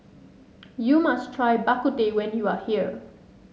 you must try Bak Kut Teh when you are here